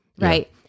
Right